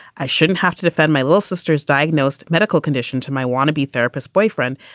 i shouldn't have to defend my little sisters diagnosed medical condition to my wannabe therapist boyfriend,